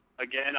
again